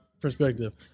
perspective